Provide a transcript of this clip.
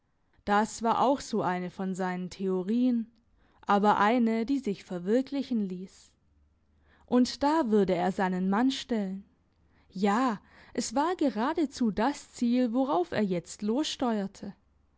das war auch so eine von seinen theorieen aber eine die sich verwirklichen liess und da würde er seinen mann stellen ja es war geradezu das ziel worauf er jetzt